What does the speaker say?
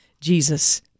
Jesus